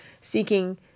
seeking